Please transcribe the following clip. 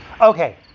Okay